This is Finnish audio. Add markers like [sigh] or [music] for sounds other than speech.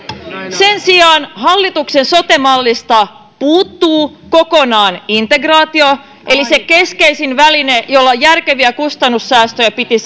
sen sijaan hallituksen sote mallista puuttuu kokonaan integraatio eli se keskeisin väline jolla järkeviä kustannussäästöjä piti [unintelligible]